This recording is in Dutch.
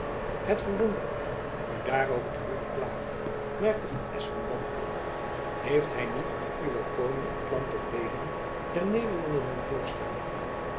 het verwondert my u daarover te hooren klagen merkte van espenblad aan heeft hy niet aan uwen koning een plan tot deelihg der nederlanden doen